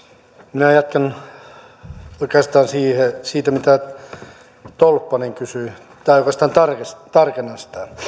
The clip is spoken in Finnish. minä jatkan oikeastaan siitä mitä tolppanen kysyi oikeastaan tarkennan sitä